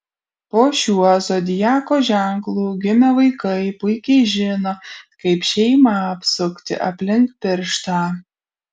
po šiuo zodiako ženklu gimę vaikai puikiai žino kaip šeimą apsukti aplink pirštą